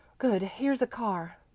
good, here's a car.